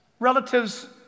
relatives